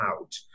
out